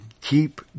keep